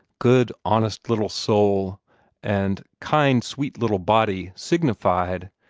good, honest little soul and kind, sweet little body signified,